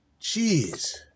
Jeez